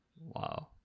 Wow